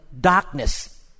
darkness